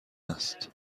است